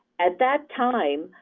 at that time,